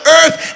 earth